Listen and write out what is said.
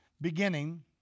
beginning